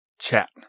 chat